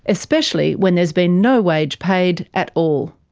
especially when there's been no wage paid at all.